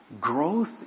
Growth